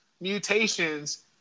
mutations